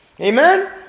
Amen